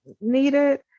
needed